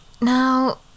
Now